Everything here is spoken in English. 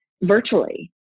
virtually